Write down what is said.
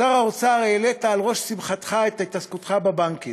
שר האוצר, העלית על ראש שמחתך את התעסקותך בבנקים.